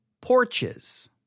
porches